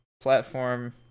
platform